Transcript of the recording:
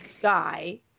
guy